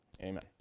Amen